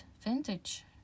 vintage